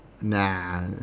Nah